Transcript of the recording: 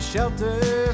shelter